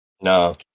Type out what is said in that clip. No